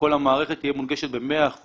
כל המערכת תהיה מונגשת ב-100%.